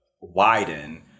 widen